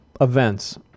events